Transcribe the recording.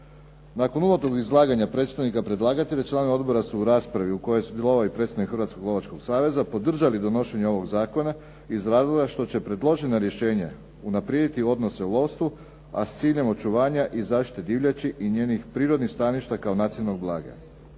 Nakon uvodnog izlaganja predstavnika predlagatelja članovi odbora su u raspravi u kojoj je sudjelovao i predstavnik Hrvatskog lovačkog saveza podržali donošenje ovoga zakona iz razloga što će predložena rješenja unaprijediti odnose u lovstvu a sa ciljem očuvanja i zaštite divljači i njenih prirodnih staništa kao nacionalnog blaga.